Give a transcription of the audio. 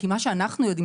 כי מה שאנחנו יודעים,